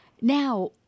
Now